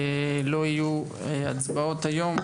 לא יהיו הצבעות היום.